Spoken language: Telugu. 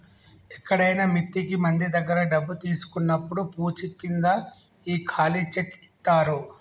ఎక్కడైనా మిత్తికి మంది దగ్గర డబ్బు తీసుకున్నప్పుడు పూచీకింద ఈ ఖాళీ చెక్ ఇత్తారు